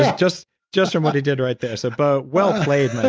ah just just from what he did right there. so, bo well played my